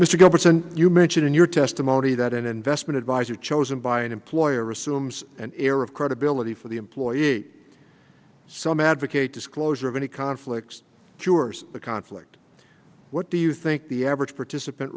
gilbertson you mentioned in your testimony that an investment adviser chosen by an employer assumes an air of credibility for the employee a some advocate disclosure of any conflicts cures the conflict what do you think the average participant